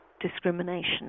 discrimination